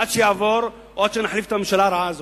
עד שיעבור או עד שנחליף את הממשלה הרעה הזאת.